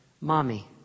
Mommy